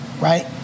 right